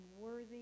worthy